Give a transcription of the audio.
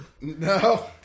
No